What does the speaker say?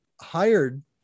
hired